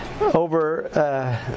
over